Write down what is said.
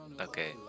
Okay